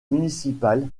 municipal